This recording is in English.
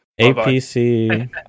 apc